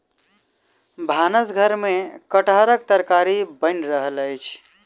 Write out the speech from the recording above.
भानस घर में कटहरक तरकारी बैन रहल अछि